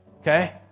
Okay